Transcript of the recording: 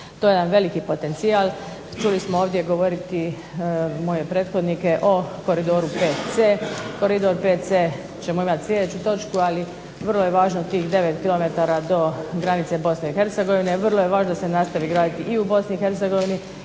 To je jedan veliki potencijal, čuli smo ovdje govoriti moje prethodnike o koridoru VC, koridor VC ćemo imati sljedeću točku, ali vrlo je važno tih 9 kilometara do granice Bosne i Hercegovine, vrlo je važno da se nastavi graditi i u Bosni